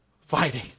fighting